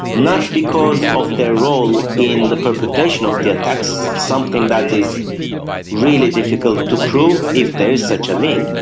not because of their role in the perpetration of the attacks, something that is really difficult to prove if there is such a link,